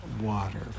water